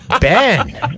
Ben